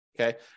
Okay